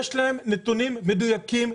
יש למשרד החקלאות את הנתונים המדויקים.